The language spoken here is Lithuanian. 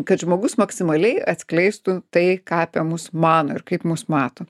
kad žmogus maksimaliai atskleistų tai ką apie mus mano ir kaip mus mato